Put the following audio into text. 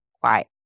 quiet